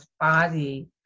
body